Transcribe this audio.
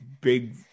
big